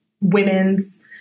women's